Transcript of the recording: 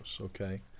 okay